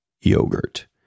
yogurt